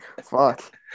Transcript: Fuck